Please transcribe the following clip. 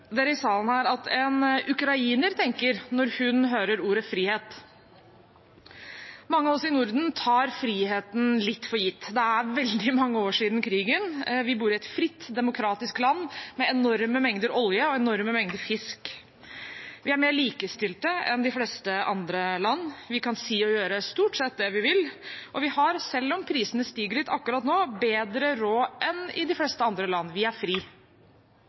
tror dere i salen her at en ukrainer tenker når hun hører ordet frihet? Mange av oss i Norden tar friheten litt for gitt. Det er veldig mange år siden krigen. Vi bor i et fritt, demokratisk land med enorme mengder olje og enorme mengder fisk. Vi er mer likestilte enn de fleste andre land, vi kan si og gjøre stort sett det vi vil. Og vi har, selv om prisene stiger litt akkurat nå, bedre råd enn i de fleste andre land. Vi er fri.